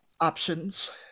options